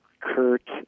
Kurt